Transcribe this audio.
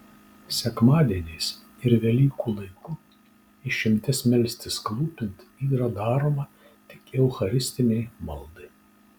sekmadieniais ir velykų laiku išimtis melstis klūpint yra daroma tik eucharistinei maldai